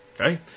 Okay